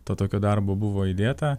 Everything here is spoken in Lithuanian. to tokio darbo buvo įdėta